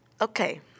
Okay